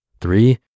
Three